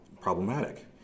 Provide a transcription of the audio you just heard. problematic